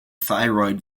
thyroid